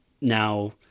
now